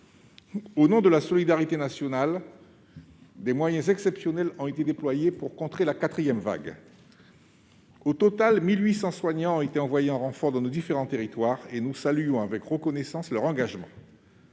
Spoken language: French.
Au nom de la solidarité nationale, des moyens exceptionnels ont été déployés pour contrer la quatrième vague. Au total, plus de 2 800 soignants ont été envoyés en renfort dans nos différents territoires et nous saluons avec reconnaissance leur engagement.